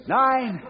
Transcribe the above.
nine